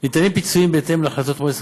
ניתנים פיצויים בהתאם להחלטות מועצת